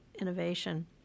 innovation